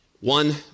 One